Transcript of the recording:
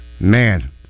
Man